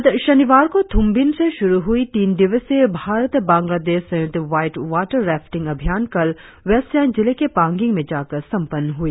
गत शनिवार को थुमबिन से शुरु हुई तीन दिवसीय भारत बांग्लादेश संयुक्त व्हाईट वाटर रैफ्टिंग अभियान कल वेस्ट सियांग जिले के पांगिंग में जाकर संपन्न हुई